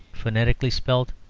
phonetically spelt,